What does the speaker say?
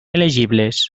elegibles